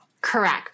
Correct